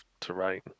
terrain